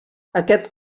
aquest